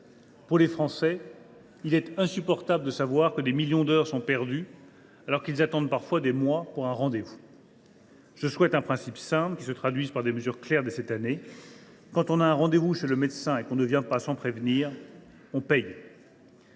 Pour les Français, il est insupportable de savoir que des millions d’heures sont perdues, alors qu’ils attendent parfois plusieurs mois pour obtenir un rendez vous. « Je défends un principe simple, qui se traduira par des mesures claires dès cette année : quand on a un rendez vous chez le médecin et que l’on ne vient pas sans prévenir, on paie